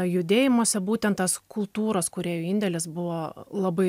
judėjimuose būtent tas kultūros kūrėjų indėlis buvo labai